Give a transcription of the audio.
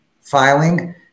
Filing